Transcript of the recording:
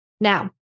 Now